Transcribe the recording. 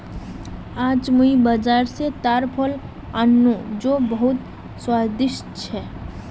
आईज मुई बाजार स ताड़ फल आन नु जो बहुत स्वादिष्ट छ